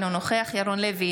אינו נוכח ירון לוי,